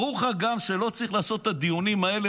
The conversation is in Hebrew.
ברור לך גם שלא צריך לעשות את הדיונים האלה